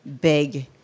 big